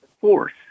force